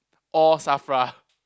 or Safra